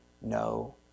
no